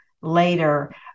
later